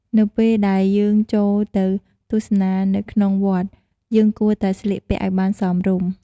នៅពេលដែលយើងចូលទៅទស្សនានៅក្នុងវត្ត យើងគួរតែស្លៀកពាក់ឱ្យបានសមរម្យ ។